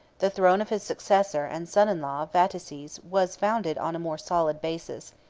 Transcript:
the throne of his successor and son-in-law vataces was founded on a more solid basis,